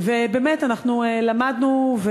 ובאמת למדנו,